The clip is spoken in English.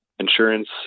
insurance